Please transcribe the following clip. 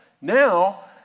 Now